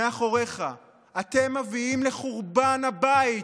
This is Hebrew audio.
מאחוריך, אתם מביאים לחורבן הבית,